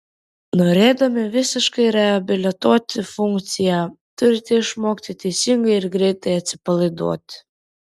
norėdami visiškai reabilituoti funkciją turite išmokti teisingai ir greitai atsipalaiduoti